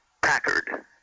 Packard